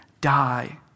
die